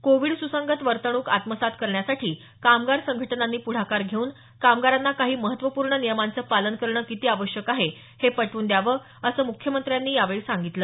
Covid सूसंगत वर्तणूक आत्मसात करण्यासाठी कामगार संघटनांनी पुढाकार घेऊन कामगारांना काही महत्वपूर्ण नियमांचं पालन करणं किती आवश्यक आहे हे पटवून द्यावं असं त्यांनी यावेळी सांगितलं